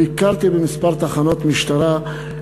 ביקרתי בכמה תחנות משטרה,